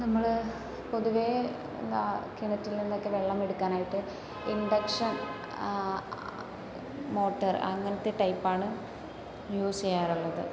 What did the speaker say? നമ്മൾ പൊതുവേ എന്താണ് കിണറ്റിൽ നിന്നൊക്കെ വെള്ളം എടുക്കാനായിട്ട് ഇൻഡക്ഷൻ മോട്ടർ അങ്ങനത്തെ ടൈപ്പാണ് യൂസ് ചെയ്യാറുള്ളത്